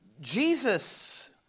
Jesus